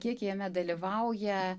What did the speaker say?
kiek jame dalyvauja